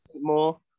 More